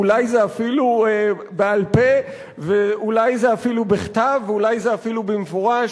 אולי זה אפילו בעל-פה ואולי זה אפילו בכתב ואולי זה אפילו במפורש.